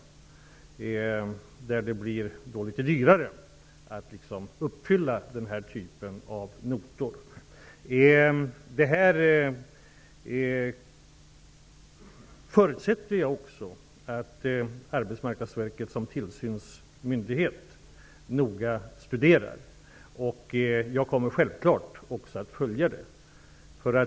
Med ett sådant blir det litet dyrare att fylla denna typ av notor. Jag förutsätter också att Arbetsmarknadsverket som tillsynsmyndighet noga studerar det här. Självfallet kommer också jag att följa upp saken.